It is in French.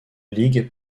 league